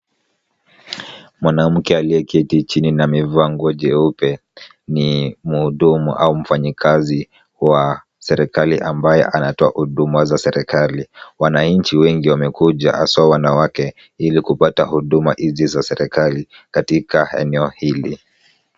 Mwanamke aliyeketi chini na mivaa nguo jeupe ni mhudumu au mfanyakazi wa serikali ambaye anatoa huduma za serikali. Wananchi wengi wamekuja haswa wanawake ili kupata huduma hizi za serikali katika eneo hili.